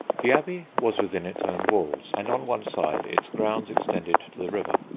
the abbey was within its own walls, and on one side its grounds extended to the river.